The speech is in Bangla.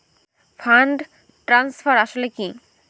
ফান্ড ট্রান্সফার আসলে কী?